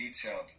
detailed